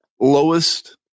lowest